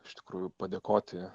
iš tikrųjų padėkoti